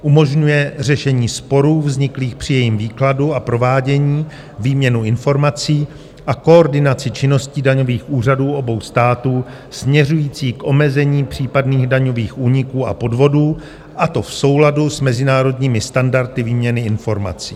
Umožňuje řešení sporů vzniklých při jejím výkladu a provádění, výměnu informací a koordinaci činností daňových úřadů obou států směřující k omezení případných daňových úniků a podvodů, a to v souladu s mezinárodními standardy výměny informací.